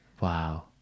wow